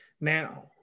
Now